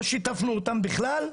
לא שיתפנו אותם בכלל,